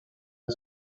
els